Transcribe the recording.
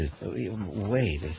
Wait